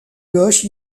gauche